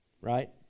Right